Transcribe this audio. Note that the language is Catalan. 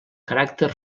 caràcter